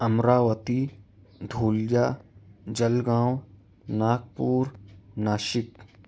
Amravati Dhule Jalgaon Nagpur Nashik